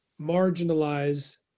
marginalize